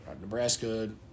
Nebraska